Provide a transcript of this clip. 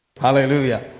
Hallelujah